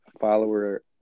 follower